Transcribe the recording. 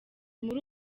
muri